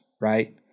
right